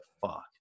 fuck